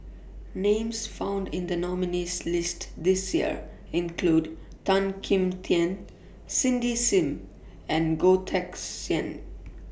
Names found in The nominees' list This Year include Tan Kim Tian Cindy SIM and Goh Teck Sian